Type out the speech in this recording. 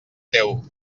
teu